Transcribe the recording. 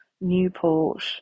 Newport